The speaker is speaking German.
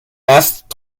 erst